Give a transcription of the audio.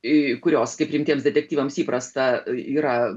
į kurios kaip rimtiems detektyvams įprasta yra